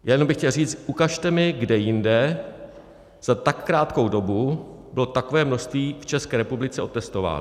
Jenom bych chtěl říct, ukažte mi, kde jinde za tak krátkou dobu bylo takové množství v České republice otestováno.